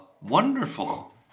wonderful